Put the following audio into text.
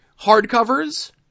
hardcovers